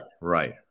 right